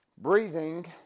Breathing